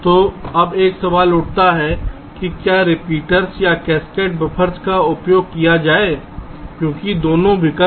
तो अब सवाल उठता है कि क्या रिपीटर्स या कैस्केड बफ़र्स का उपयोग किया जाए क्योंकि दोनों विकल्प हैं